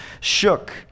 shook